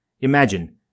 Imagine